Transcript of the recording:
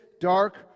dark